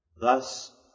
Thus